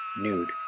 nude